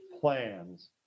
plans